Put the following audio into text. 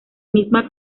misma